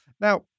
Now